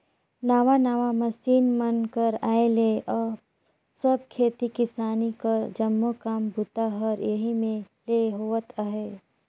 नावा नावा मसीन मन कर आए ले अब सब खेती किसानी कर जम्मो काम बूता हर एही मे ले होवत अहे